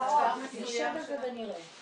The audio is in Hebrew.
--- נשב על זה ונראה.